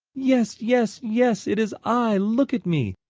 yes, yes, yes! it is i! look at me!